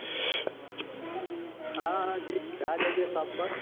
हाँ हाँ जी आ जाइए शॉप पर